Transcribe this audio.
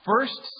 First